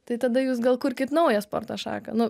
tai tada jūs gal kurkit naują sporto šaką nu